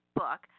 book